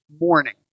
morning